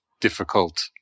difficult